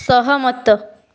ସହମତ